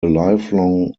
lifelong